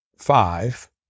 Five